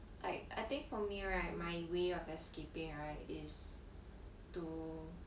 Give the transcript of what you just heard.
like I think for me right my way of escaping right is to